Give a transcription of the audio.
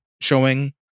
showing